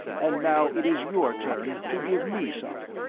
and now it is your turn to give me some.